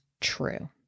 true